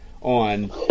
on